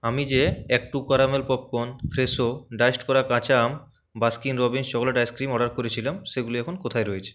আমি যে act two caramel popcorn Fresho diced করা কাঁচা আম Baskin Robbins chocolate ice cream order করেছিলাম সেগুলি এখন কোথায় রয়েছে